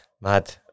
mad